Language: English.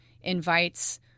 invites